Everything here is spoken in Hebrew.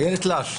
איילת לאש.